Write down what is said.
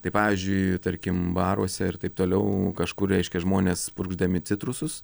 tai pavyzdžiui tarkim baruose ir taip toliau kažkur reiškia žmonės purkšdami citrusus